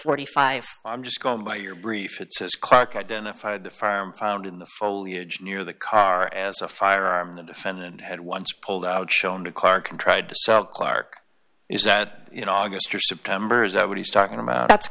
forty five i'm just going by your brief it says clark identified the farm found in the foliage near the car as a firearm the defendant had once pulled out shown to clark and tried to sell clark is that you know august or september is already starting about that's